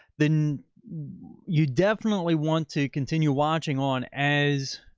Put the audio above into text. then you definitely want to continue watching on as.